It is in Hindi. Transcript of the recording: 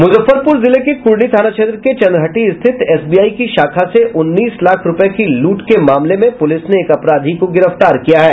मुजफ्फरपुर जिले के कुढनी थाना क्षेत्र के चंद्रहटी स्थित एसबीआई की शाखा से उन्नीस लाख रुपये की लूट के मामले पुलिस ने एक अपराधी को गिरफ्तार किया है